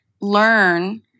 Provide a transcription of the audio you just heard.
learn